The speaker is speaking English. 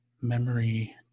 memory